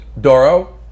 Doro